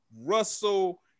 Russell